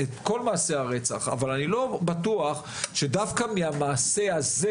אבל אני לא בטוח שדווקא מהמעשה הזה